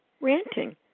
ranting